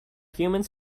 humans